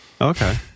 okay